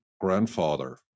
grandfather